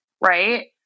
right